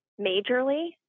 majorly